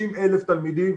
30,000 תלמידים,